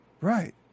Right